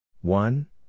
One